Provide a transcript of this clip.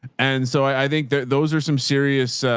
and so i think those are some serious,